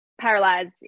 paralyzed